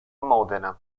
modena